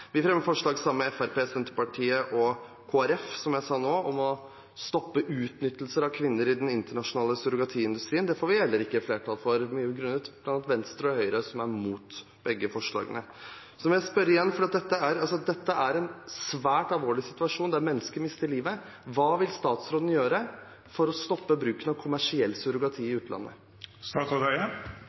Vi fremmer også forslag sammen med Fremskrittspartiet, Senterpartiet og Kristelig Folkeparti om å stoppe utnyttelsen av kvinner i den internasjonale surrogatiindustrien. Det får vi heller ikke flertall for på grunn av at Venstre og Høyre er imot begge forslagene. Jeg spør igjen, for dette er en svært alvorlig situasjon, der mennesker mister livet: Hva vil statsråden gjøre for å stoppe bruken av kommersiell surrogati i